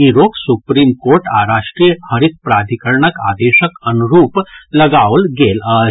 ई रोक supreme court आ राष्ट्रीय हरित प्राधिकरणक आदेशक अनुरूप लगाओल गेल अछि